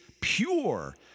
pure